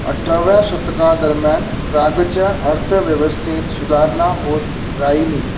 अठराव्या शतकादरम्यान प्रागच्या अर्थव्यवस्थेत सुधारणा होत राहिली